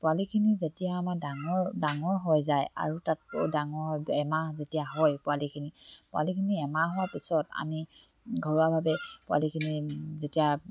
পোৱালিখিনি যেতিয়া আমাৰ ডাঙৰ ডাঙৰ হৈ যায় আৰু তাত ডাঙৰ এমাহ যেতিয়া হয় পোৱালিখিনি পোৱালিখিনি এমাহ হোৱাৰ পিছত আমি ঘৰুৱাভাৱে পোৱালিখিনি যেতিয়া